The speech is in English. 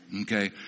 Okay